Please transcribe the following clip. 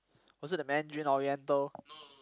was it the Mandarin-Oriental